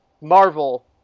Marvel